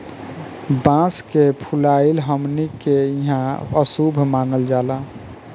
बांस के फुलाइल हमनी के इहां अशुभ मानल जाला